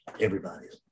everybody's